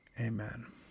Amen